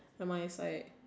on my side